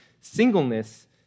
singleness